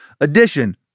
edition